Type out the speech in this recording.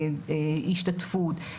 גובה ההשתתפות,